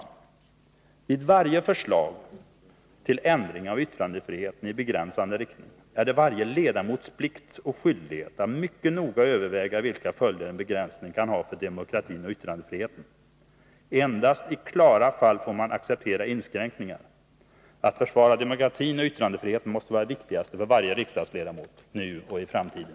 Vid behandlingen av varje förslag till ändring av yttrandefriheten i begränsande riktning är det varje ledamots plikt och skyldighet att mycket noga överväga vilka följder en begränsning kan få för demokratin och yttrandfriheten. Endast i klara fall får man acceptera inskränkningar. Att försvara demokratin och yttrandefriheten måste vara det viktigaste för varje riksdagsledamot — nu och i framtiden.